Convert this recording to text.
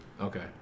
Okay